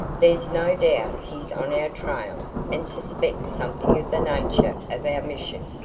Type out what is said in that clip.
there's no doubt he's on our trail and suspects something of the nature of our mission.